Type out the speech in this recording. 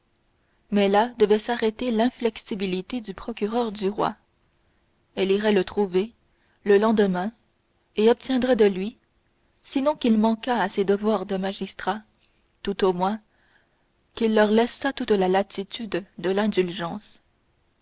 mais là devait s'arrêter l'inflexibilité du procureur du roi elle irait le trouver le lendemain et obtiendrait de lui sinon qu'il manquât à ses devoirs de magistrat tout au moins qu'il leur laissât toute la latitude de l'indulgence